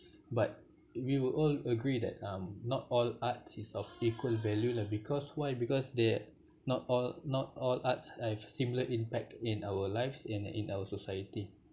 but we will all agree that um not all art is of equal value lah because why because they're not all not all arts have similar impact in our lives in our society